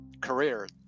career